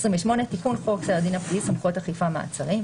28. תיקון חוק סדר הדין הפלילי (סמכויות אכיפה - מעצרים).